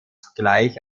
zugleich